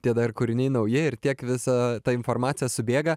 tie dar kūriniai nauji ir tiek visa ta informacija subėga